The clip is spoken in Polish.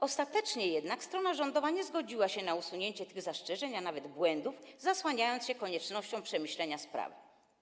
Ostatecznie jednak strona rządowa nie zgodziła się na wyeliminowanie tych zastrzeżeń, a nawet usunięcie błędów, zasłaniając się koniecznością przemyślenia sprawy.